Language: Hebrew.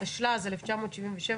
התשל"ז-1977,